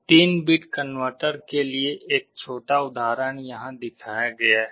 3 bit converter के लिए एक छोटा उदाहरण यहां दिखाया गया है